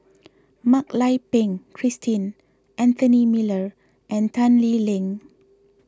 Mak Lai Peng Christine Anthony Miller and Tan Lee Leng